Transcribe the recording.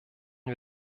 wir